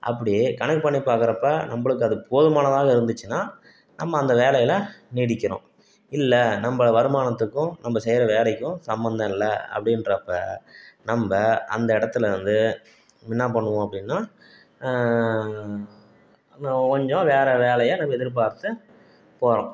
அப்படி கணக்கு பண்ணி பார்க்குறப்ப நம்மளுக்கு அது போதுமானதாக இருந்துச்சுன்னா நம்ம அந்த வேலையில் நீடிக்கணும் இல்லை நம்மள வருமானத்துக்கும் நம்ம செய்கிற வேலைக்கும் சம்பந்தம் இல்லை அப்படின்றப்ப நம்ம அந்த இடத்துலருந்து என்ன பண்ணுவோம் அப்படின்னா நம்ம கொஞ்சம் வேறு வேலையை நம்ம எதிர்பார்த்து போகிறோம்